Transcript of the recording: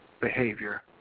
behavior